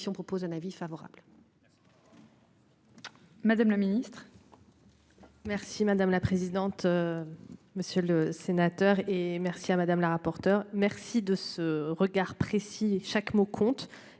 propose un avis favorable.